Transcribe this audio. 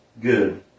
good